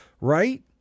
Right